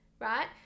right